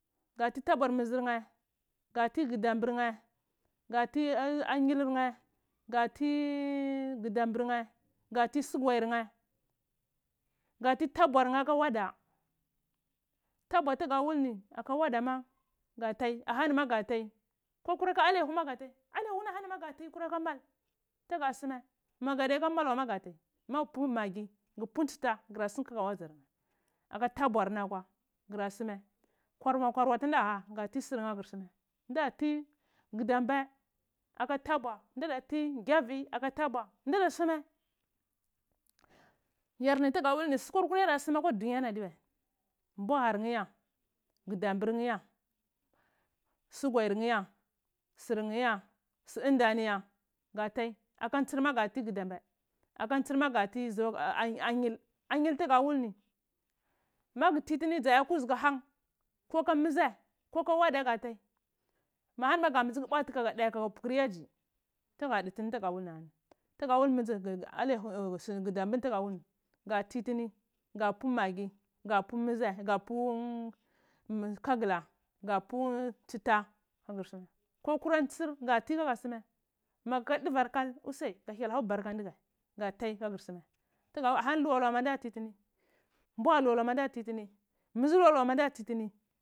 Ga nti tabuar mhigdeh nhed ga ntr gudamburn hoh ga ti sugar mhei ga tr tabur nheh aka auda tabuwa tuga wul ni aka aada maahanima ga tai ko kuraka alehoma ga ar akh oni ahani ma ga ti kurakamal tuga suma ma gadiya ntsita gura soma magu pwu maggi gu gadiya ntsita gura sum kaka waziyar nheh aka tabur nar akwa gura suma kwawa kwarkwa tina ha ga tir sirnheh aya soma nda nnti gufambeh aha tabwa nnfarya ti nggavi aka tabwa nadiya suma vorni taga wul ni gudambe aha yara sum ahwa danya ni diya adiwai ambuwar nhah ya gudambur nye ya sugar ni ya sir ni ya su indaniyal gun ta aka ntsir ma ganti anyit anyil tugu woll ni magu tini ni dza yu kudzugu han ko ka mhizale koka auda ma gata ɗai mahani ma guda mbizi butur yayi tuga tudmi ahani tuga wul ni tuga wul sur ng udambeh ni tuga wulni ga tdi tini ga pu maggi yap u mlzde ga pu kagila ga pu nsita kagur suma ko kura ntsir ka nti kagur simwe ko kumata duver shan us ka hyel hau barka ndighch kaga ntai kayur sumai tuga wul ni ahani luwa luwa ma nda ti dini ambwa luwa luwa ma nda ti tini mixine luwa luwa ma nda ti tini.